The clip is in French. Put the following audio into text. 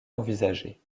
envisagée